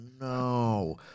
no